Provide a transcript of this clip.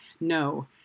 no